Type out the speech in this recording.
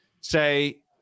say